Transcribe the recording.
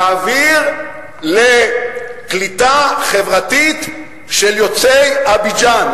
להעביר לקליטה חברתית של יוצאי אבידג'ן.